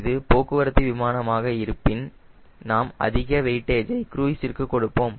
இது போக்குவரத்து விமானம் ஆக இருப்பின் நாம் அதிக வெயிட்டேஜை க்ருய்ஸ்ற்கு கொடுப்போம்